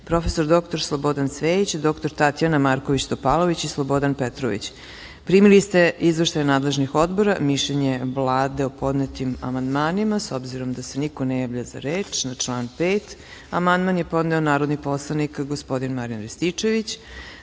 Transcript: prof. dr Slobodan Cvejić, dr Tatjana Marković Topalović i Slobodan Petrović. Primili ste izveštaje nadležnih odbora i mišljenje Vlade o podnetim amandmanima.S obzirom da se niko ne javlja za reč, na član 5. amandman je podneo narodni poslanik, gospodin Marijan Rističević. Primili